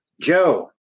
Joe